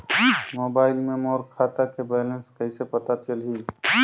Mobile मे मोर खाता के बैलेंस कइसे पता चलही?